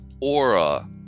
aura